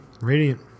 Radiant